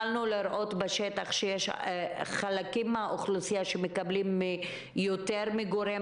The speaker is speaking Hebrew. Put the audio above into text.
אנחנו רואים בשטח שיש כאלה שמקבלים יותר מגורם